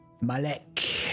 Malek